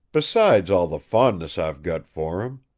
besides all the fondness i've got for him!